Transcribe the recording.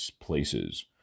places